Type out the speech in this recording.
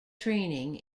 training